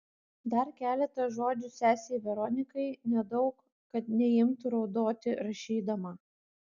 dar keletą žodžių sesei veronikai nedaug kad neimtų raudoti rašydama